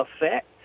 effect